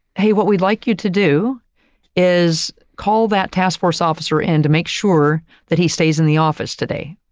hey, what we'd like you to do is call that task force officer in and to make sure that he stays in the office today.